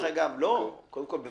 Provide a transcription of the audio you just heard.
קודם כול,